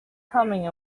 coming